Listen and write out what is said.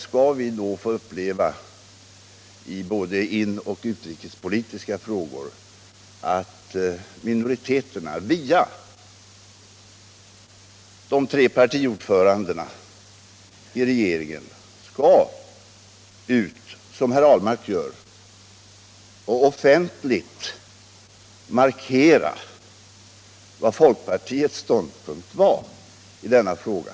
Skall vi då få uppleva i både inrikespolitiska och ut==== rikespolitiska frågor att minoriteten via de tre partiordförandena i re Om den svenska geringen skall gå ut och offentligt markera sitt partis ståndpunkt så som Mellersta Östernherr Ahlmark gjort när det gäller folkpartiets ställning i denna fråga?